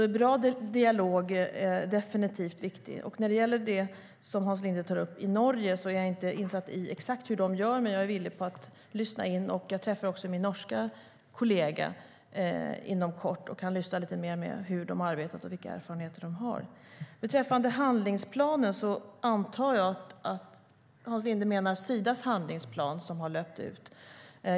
En bra dialog är definitivt viktig. När det gäller det som Hans Linde tar upp i Norge är jag inte insatt i exakt hur de gör, men jag är villig att lyssna in. Jag träffar min norska kollega inom kort och kan då lyssna lite mer på hur de arbetar och vilka erfarenheter de har. Beträffande handlingsplanen antar jag att Hans Linde menar Sidas handlingsplan som har löpt ut.